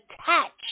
attach